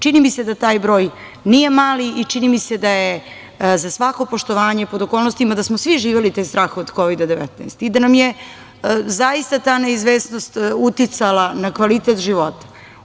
Čini mi se da taj broj nije mali i čini mi se da je za svako poštovanje, pod okolnostima da smo svi živeli taj strah od Kovida-19 i da nam je zaista ta neizvesnost uticala na kvalitet života.